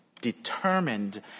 determined